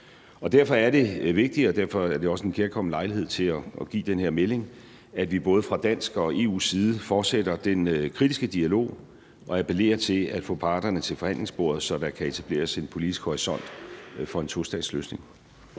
år. Derfor er det vigtigt, og derfor er det også en kærkommen lejlighed til at give den her melding, at vi både fra dansk og EU's side fortsætter den kritiske dialog og appellerer til at få parterne til forhandlingsbordet, så der kan etableres en politisk horisont for en tostatsløsning.